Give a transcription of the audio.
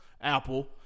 Apple